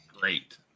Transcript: great